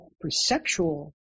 perceptual